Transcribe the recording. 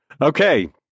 Okay